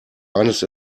eines